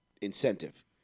incentive